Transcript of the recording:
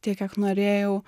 tiek kiek norėjau